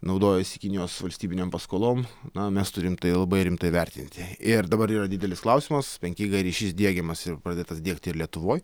naudojasi kinijos valstybinėm paskolom na mes turim tai labai rimtai vertinti ir dabar yra didelis klausimas penki g ryšys diegiamas ir pradėtas diegti ir lietuvoj